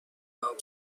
کاری